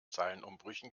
zeilenumbrüchen